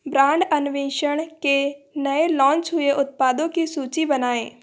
brand अन्वेषण के नए लॉंच हुए उत्पादो की सूची बनाएँ